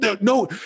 No